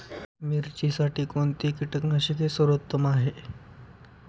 मिरचीसाठी कोणते कीटकनाशके सर्वोत्तम आहे?